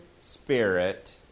spirit